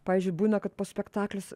pavyzdžiui būna kad po spektaklis